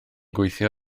gweithio